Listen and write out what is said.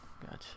gotcha